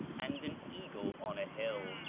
and an eagle on a hill.